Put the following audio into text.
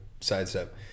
sidestep